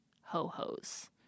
ho-hos